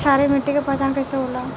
क्षारीय मिट्टी के पहचान कईसे होला?